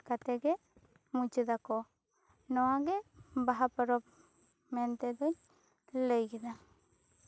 ᱠᱟᱛᱮ ᱜᱮ ᱢᱩᱪᱟᱹᱫᱟᱠᱚ ᱱᱚᱣᱟ ᱜᱮ ᱵᱟᱦᱟ ᱯᱚᱨᱚᱵᱽ ᱢᱮᱱᱛᱮ ᱫᱩᱧ ᱞᱟᱹᱭ ᱠᱮᱫᱟ